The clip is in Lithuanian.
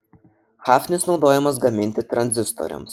hafnis naudojamas gaminti tranzistoriams